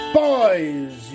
boys